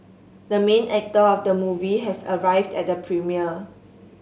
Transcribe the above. the main actor of the movie has arrived at the premiere